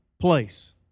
place